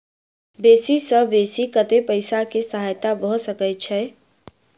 बेसी सऽ बेसी कतै पैसा केँ सहायता भऽ सकय छै?